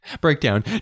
Breakdown